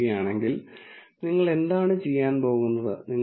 ഈ സാഹചര്യത്തിൽ functional form linear ആണ് പരാമീറ്ററുകൾ a₀ b₀